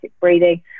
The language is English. breathing